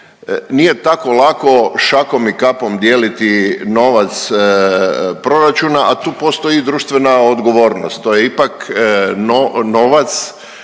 nije tako lako šakom i kapom dijeliti novac proračuna, a tu postoji društvena odgovornost. To je ipak novac